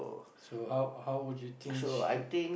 so how how would you think